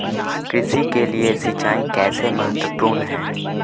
कृषि के लिए सिंचाई कैसे महत्वपूर्ण है?